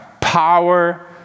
power